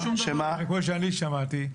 כמו שאני שמעתי,